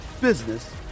business